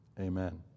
Amen